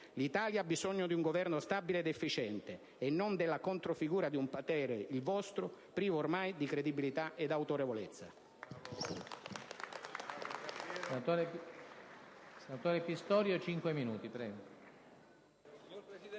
L'Italia ha bisogno di un Governo stabile ed efficiente, e non della controfigura di un potere, il vostro, privo ormai di credibilità e autorevolezza.